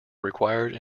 required